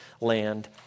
land